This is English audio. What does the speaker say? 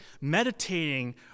meditating